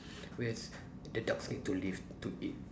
where's the dog need to live to eat